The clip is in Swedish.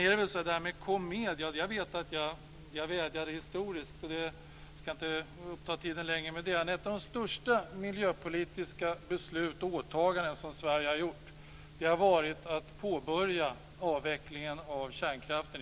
När det gäller detta med att komma med, kan jag säga att ett av de största miljöpolitiska beslut som har fattats och åtaganden som Sverige har gjort har varit att påbörja avvecklingen av kärnkraften.